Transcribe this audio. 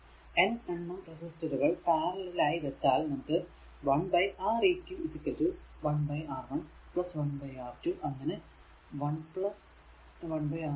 N എണ്ണം റെസിസ്റ്ററുകൾ parallel ആയി വെച്ചാൽ നമുക്ക് 1 R eq 1 R1 1 R2 അങ്ങനെ 1 1 Rn വരെ